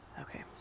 Okay